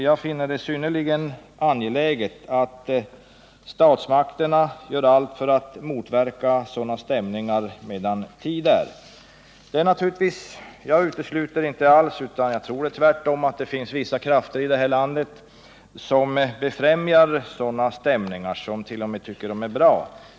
Jag finner det synnerligen angeläget att statsmakterna gör allt för att motverka sådana stämningar medan tid är. Jag utesluter inte alls utan tror tvärtom att det finns vissa krafter här i landet som befrämjar sådana stämningar och t.o.m. tycker de är bra.